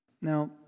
Now